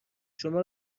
شما